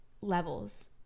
levels